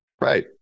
Right